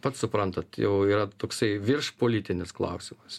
pats suprantat jau yra toksai virš politinis klausimas